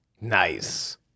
Nice